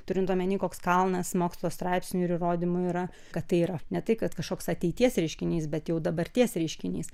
turint omeny koks kalnas mokslo straipsnių ir įrodymų yra kad tai yra ne tai kad kažkoks ateities reiškinys bet jau dabarties reiškinys